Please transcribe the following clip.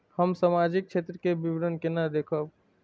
हम सामाजिक क्षेत्र के विवरण केना देखब?